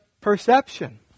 perception